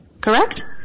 Correct